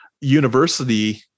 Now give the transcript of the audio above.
university